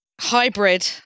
hybrid